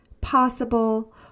possible